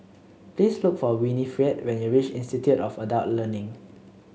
please look for Winifred when you reach Institute of Adult Learning